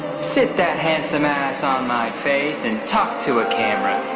sit that handsome ass on my face and talk to a camera.